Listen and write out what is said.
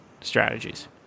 strategies